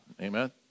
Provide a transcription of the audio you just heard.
Amen